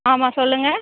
ஆமாம் சொல்லுங்கள்